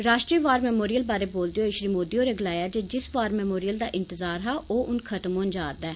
राश्ट्रीय war memorial बारै बोलदे होई श्री मोदी होरें गलाया जे जिस वार मेमोरियल दा इन्तजार हा ओह हून खत्म होन जा'रदा ऐ